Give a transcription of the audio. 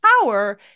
power